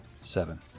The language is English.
Seven